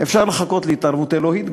אפשר גם לחכות להתערבות אלוהית,